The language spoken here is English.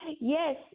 yes